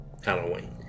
Halloween